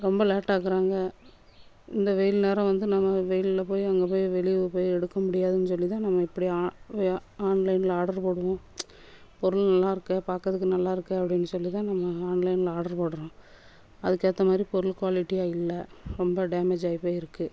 ரொம்ப லேட் ஆக்குறாங்க இந்த வெயில் நேரம் வந்து நம்ம வெயிலில் போய் அங்கே போய் வெளியே போய் எடுக்க முடியாதுன்னு சொல்லி தான் நம்ம இப்படி ஆன்லைனில் ஆர்டர் போடுவோம் பொருள் நல்லா இருக்கு பார்க்கதுக்கு நல்லா இருக்ககே அப்படின்னு சொல்லி தான் நம்ம ஆன்லைனில் ஆர்டர் போடுறோம் அதுக்கேத்தமாதிரி பொருள் குவாலிட்டியாக இல்லை ரொம்ப டேமேஜ் ஆகி போய் இருக்கு